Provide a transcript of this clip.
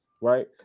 right